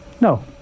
No